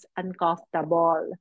uncomfortable